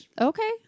okay